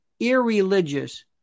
irreligious